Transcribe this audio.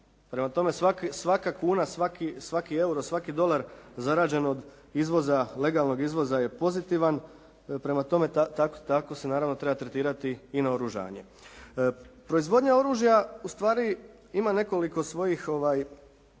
Prema tome svaka kuna, svaki EURO, svaki dolar zarađen od izvoza, legalnog izvoza je pozitivan. Prema tome tako se naravno treba tretirati i naoružanje. Proizvodnja oružja ustvari ima nekoliko svojih